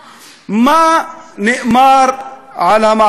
מה נאמר על המעצר המינהלי?